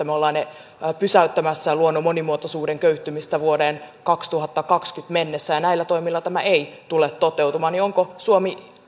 me olemme pysäyttämässä luonnon monimuotoisuuden köyhtymistä vuoteen kaksituhattakaksikymmentä mennessä ja kun näillä toimilla tämä ei tule toteutumaan niin onko suomi